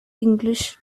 english